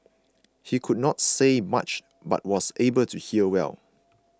he could not say much but was able to hear well